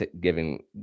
giving